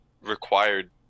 required